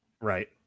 Right